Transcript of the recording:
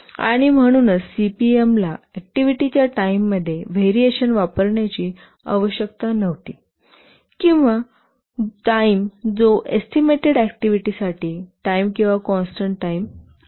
आणि म्हणूनच सीपीएम ला ऍक्टिव्हिटीच्या टाईममध्ये व्हेरिएशन वापरण्याची आवश्यकता नव्हती आणि किंवा टाईम जो एस्टीमेटेड ऍक्टिव्हिटीसाठी टाईम किंवा कॉन्स्टन्ट टाईम आहेत